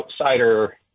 outsider